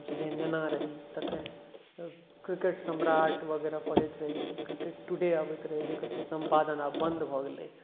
हमसभ जखन नेना रही तखन क्रिकेट सम्राट वगैरह पढ़ैत रही क्रिकेट टुडे आबैत रहै जकर कि सम्पादन आब बन्द भऽ गेलै